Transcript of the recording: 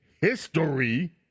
history